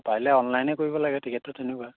পাৰিলে অনলাইনে কৰিব লাগে টিকেটটো তেনেকুৱা